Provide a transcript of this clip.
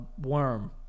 worm